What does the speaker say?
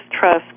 trust